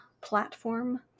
platform